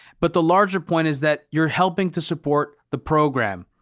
but the larger point is that you're helping to support the program.